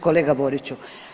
Kolega Boriću.